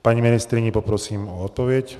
Paní ministryni poprosím o odpověď.